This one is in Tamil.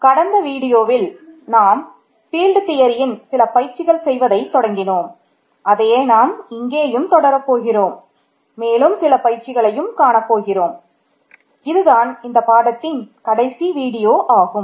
கடந்த வீடியோவில் ஆகும்